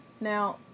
Now